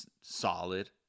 solid